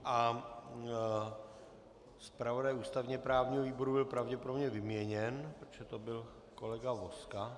A zpravodaj ústavněprávního výboru byl pravděpodobně vyměněn, protože to byl kolega Vozka.